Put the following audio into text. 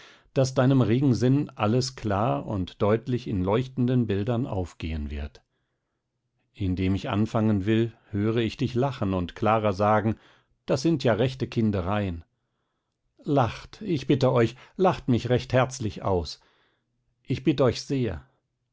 daß deinem regen sinn alles klar und deutlich in leuchtenden bildern aufgehen wird indem ich anfangen will höre ich dich lachen und clara sagen das sind ja rechte kindereien lacht ich bitte euch lacht mich recht herzlich aus ich bitt euch sehr